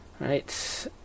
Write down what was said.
right